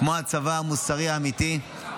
כמו הצבא המוסרי האמיתי.